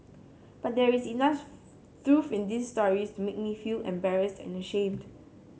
but there is enough truth in these stories to make me feel embarrassed and ashamed